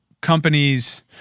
companies